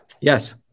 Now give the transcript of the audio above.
Yes